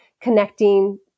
connecting